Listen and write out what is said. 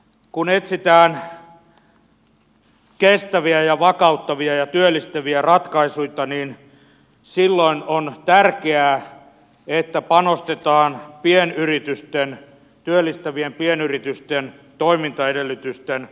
kun etsitään kestäviä ja vakauttavia ja työllistäviä ratkaisuja niin silloin on tärkeää että panostetaan työllistävien pienyritysten toimintaedellytysten vahvistamiseen